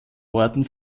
worten